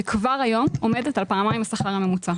שכבר היום עומדת על פעמיים השכר הממוצע.